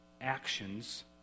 actions